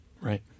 right